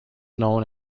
known